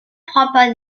frappa